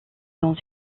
dans